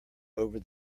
over